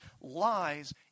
lies